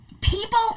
People